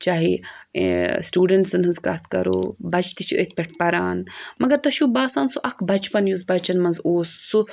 چاہے سٹوٗڈَنٹٕسَن ہٕنٛز کَتھ کَرو بَچہِ تہِ چھِ أتھۍ پؠٹھ پَران مگر تۄہہِ چھُو باسان سُہ اَکھ بَچپَن یُس بَچَن منٛز اوس سُہ